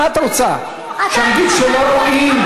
מה את רוצה, שנגיד שלא רואים?